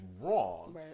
wrong